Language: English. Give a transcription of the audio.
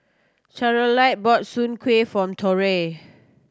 Charolette brought Soon Kuih for Torrey